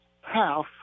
half